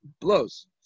blows